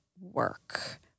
work